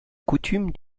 coutume